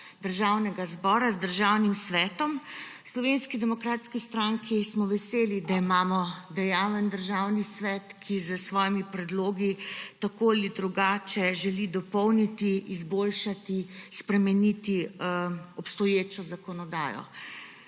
državnega zbora, z Državnim svetom. V Slovenski demokratski stranki smo veseli, da imamo dejaven Državni svet, ki s svojimi predlogi tako ali drugače želi dopolniti, izboljšati, spremeniti obstoječo zakonodajo.